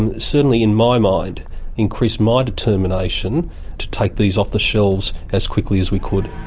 and certainly in my mind increased my determination to take these off the shelves as quickly as we could.